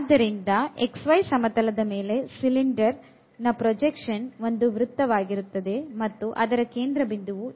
ಆದ್ದರಿಂದ xy ಸಮತಲದ ಮೇಲೆ ಸಿಲೆಂಡರ್ ಪ್ರೊಜೆಕ್ಷನ್ ಒಂದು ವೃತ್ತ ವಾಗಿರುತ್ತದೆ ಮತ್ತು ಅದರ ಕೇಂದ್ರ ಬಿಂದುವು ಆಗಿರುತ್ತದೆ